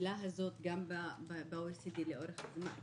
הנפילה הזאת גם ב-OECD לאורך זמן?